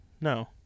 no